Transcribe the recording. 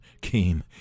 came